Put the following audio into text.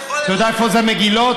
אתה יודע איפה זה מגילות?